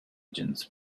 agents